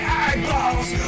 eyeballs